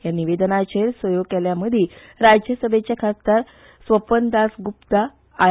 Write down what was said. ह्या निवेदनाचेर सयो केल्ल्यामदी राज्य सभेचे खासदार स्वपन दास गुप्ता आय